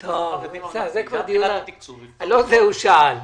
--- לא את זה הוא שאל.